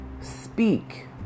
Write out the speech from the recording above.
speak